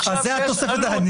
וזאת התוספת התקציבית.